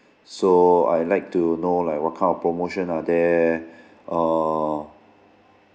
so I'd like to know like what kind of promotion are there err